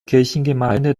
kirchengemeinde